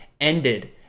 ended